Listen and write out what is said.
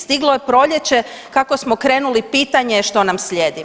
Stiglo je proljeće, kako smo krenuli pitanje je što nam slijedi?